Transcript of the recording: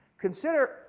Consider